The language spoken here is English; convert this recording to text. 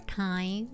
time